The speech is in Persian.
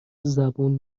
زبون